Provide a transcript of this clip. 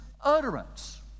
utterance